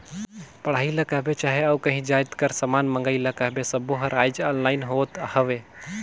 पढ़ई ल कहबे चहे अउ काहीं जाएत कर समान मंगई ल कहबे सब्बों हर आएज ऑनलाईन होत हवें